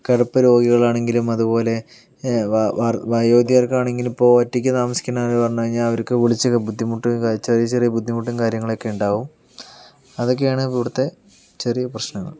കിടപ്പ് രോഗികൾ ആണെങ്കിലും അതുപോലെ വയോധികർക്ക് ആണെങ്കിൽ ഇപ്പോൾ ഒറ്റയ്ക്ക് താമസിക്കുന്നവരെന്ന് പറഞ്ഞ് കഴിഞ്ഞാൽ അവർക്ക് കുറച്ചു ചില ബുദ്ധിമുട്ടും ചെറിയ ചെറിയ ബുദ്ധിമുട്ടും കാര്യങ്ങളൊക്കെ ഉണ്ടാവും അതൊക്കെയാണ് ഇവിടുത്തെ ചെറിയ പ്രശ്നങ്ങൾ